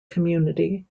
community